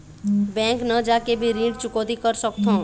Bank न जाके भी ऋण चुकैती कर सकथों?